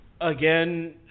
Again